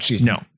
No